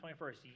21st